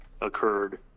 occurred